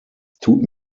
tut